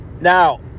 Now